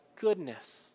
goodness